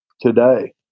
today